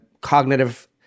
cognitive